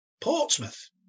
Portsmouth